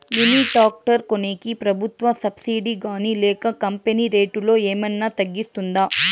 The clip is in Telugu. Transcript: మిని టాక్టర్ కొనేకి ప్రభుత్వ సబ్సిడి గాని లేక కంపెని రేటులో ఏమన్నా తగ్గిస్తుందా?